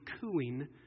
cooing